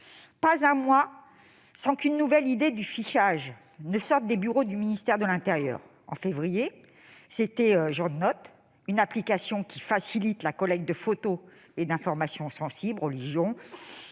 Pas un mois sans qu'une nouvelle idée de fichage sorte des bureaux du ministère de l'intérieur. En février dernier, c'était Gendnote, une application qui facilite la collecte de photos et d'informations sensibles- religion,